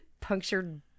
punctured